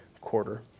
quarter